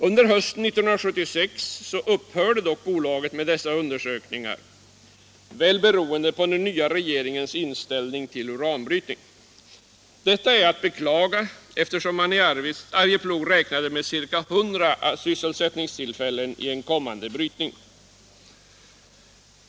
Under hösten 1976 upphörde dock bolaget med dessa undersökningar — väl beroende på den nya regeringens inställning till uranbrytning. Detta är att beklaga, eftersom man i Arjeplog räknade med ca 100 sysselsättningstillfällen i en kommande brytning.